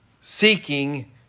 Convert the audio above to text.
seeking